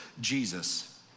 Jesus